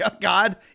God